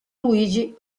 luigi